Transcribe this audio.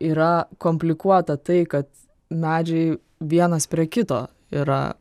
yra komplikuota tai kad medžiai vienas prie kito yra